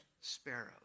sparrows